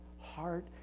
heart